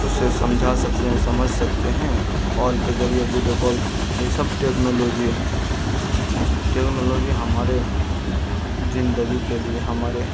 اس سے سمجھا سکتے ہیں سمجھ سکتے ہیں کال کے ذریعے بیڈیو کال یہ سب ٹیکنالوجی ہے اس ٹیکنالوجی ہمارے زندگی کے لیے ہمارے